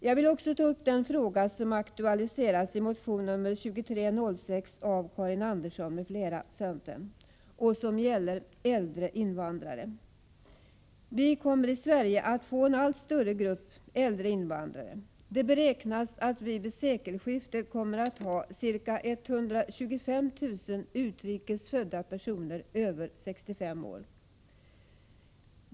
Jag vill också ta upp den fråga som aktualiserats i centermotion nr 2306 av Karin Andersson m.fl., och som gäller äldre invandrare. Vi kommer i Sverige att få en allt större grupp äldre invandrare. Det beräknas att vi vid sekelskiftet kommer att ha ca 125 000 utrikes födda personer över 65 år.